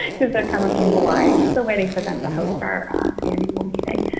because they're coming from hawaii. so, waiting for them to host our our annual meeting.